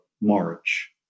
March